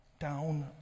down